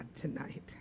tonight